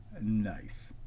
nice